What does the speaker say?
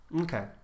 Okay